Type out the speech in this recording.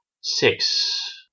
six